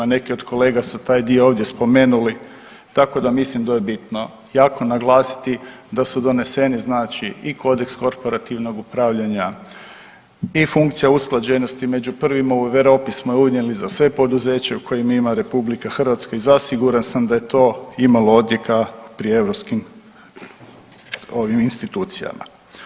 Neki od kolega su taj dio ovdje spomenuli, tako da mislim da je bitno jako naglasiti da su doneseni znači i kodeks korporativnog upravljanja i funkcija usklađenosti među prvima u Europi smo unijeli za sve poduzeće u kojem ima Republika Hrvatska i zasiguran sam da je to imalo odjeka pri europskim institucijama.